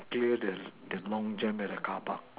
clear the the long jam at the carpark